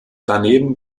daneben